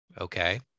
Okay